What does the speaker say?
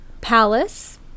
palace